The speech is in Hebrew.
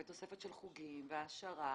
תוספת של חוגים והעשרה,